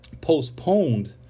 Postponed